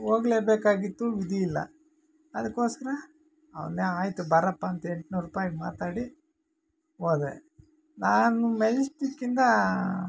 ಹೋಗ್ಲೇಬೇಕಾಗಿತ್ತು ವಿಧಿಯಿಲ್ಲ ಅದಕ್ಕೋಸ್ಕರ ಅವನ್ನೇ ಆಯಿತು ಬಾರಪ್ಪ ಅಂತ ಎಂಟ್ನೂರು ರೂಪಾಯಿಗೆ ಮಾತಾಡಿ ಹೋದೆ ನಾನು ಮೆಜೆಸ್ಟಿಕ್ಕಿಂದ